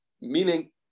Meaning